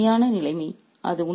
என்ன ஒரு வேதனையான நிலைமை